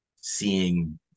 seeing